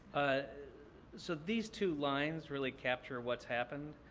ah so these two lines really capture what's happened.